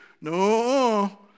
no